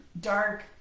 dark